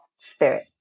spirit